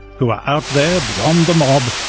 who are out there beyond the mob,